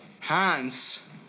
Hans